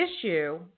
issue